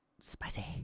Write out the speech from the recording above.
spicy